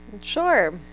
Sure